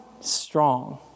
strong